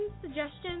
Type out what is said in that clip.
suggestions